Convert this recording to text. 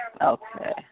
Okay